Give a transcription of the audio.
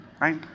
right